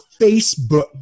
Facebook